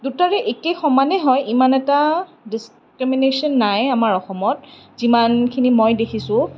দুটাৰে একে সমানে হয় ইমান এটা ডিচক্ৰিমিনেচন নাই আমাৰ অসমত যিমানখিনি মই দেখিছোঁ